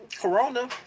Corona